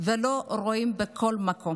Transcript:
לא רואים בכל מקום.